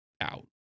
out